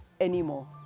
anymore